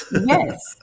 Yes